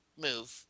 move